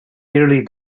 nearly